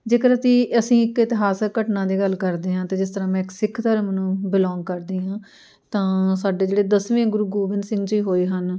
ਜੇਕਰ ਅਤੀ ਅਸੀਂ ਇੱਕ ਇਤਿਹਾਸਕ ਘਟਨਾ ਦੀ ਗੱਲ ਕਰਦੇ ਹਾਂ ਤਾਂ ਜਿਸ ਤਰਾਂ ਮੈਂ ਇੱਕ ਸਿੱਖ ਧਰਮ ਨੂੰ ਬਿਲੋਂਗ ਕਰਦੀ ਹਾਂ ਤਾਂ ਸਾਡੇ ਜਿਹੜੇ ਦਸਵੇਂ ਗੁਰੂ ਗੋਬਿੰਦ ਸਿੰਘ ਜੀ ਹੋਏ ਹਨ